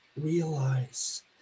realize